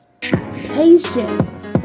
patience